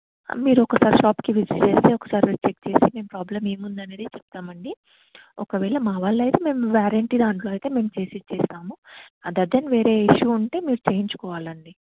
మీరు ఒకసారి షాప్కి విజిట్ చేస్తే ఒకసారి మేము చెక్ చేసి మేము ప్రాబ్లం ఏమి ఉంది అనేది చెప్తాం అండి ఒకవేళ మా వల్ల అయితే మేము వారంటీ దాంట్లో అయితే మేము చేసి ఇస్తాము అది అదర్ వేరే ఇష్యూ ఉంటే మీరు చేయించుకోవాలండి